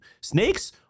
Snakes